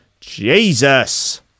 Jesus